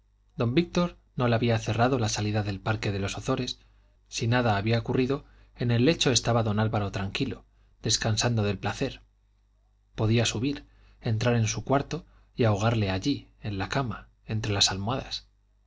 don víctor no le había cerrado la salida del parque de los ozores si nada había ocurrido en el lecho estaba don álvaro tranquilo descansando del placer podía subir entrar en su cuarto y ahogarle allí en la cama entre las almohadas